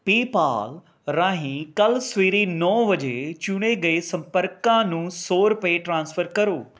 PayPal ਰਾਹੀਂ ਕੱਲ੍ਹ ਸਵੇਰੇ ਨੌ ਵਜੇ ਚੁਣੇ ਗਏ ਸੰਪਰਕਾਂ ਨੂੰ ਸੌ ਰੁਪਏ ਟ੍ਰਾਂਸਫਰ ਕਰੋ